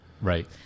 Right